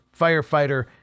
firefighter